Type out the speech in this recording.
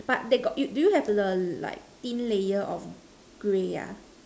but they got do you have the like thin layer of grey ah